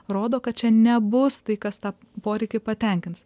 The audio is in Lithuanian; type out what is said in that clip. rodo kad čia nebus tai kas tą poreikį patenkins